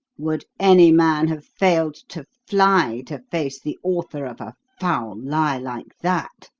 would any man have failed to fly to face the author of a foul lie like that?